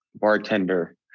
bartender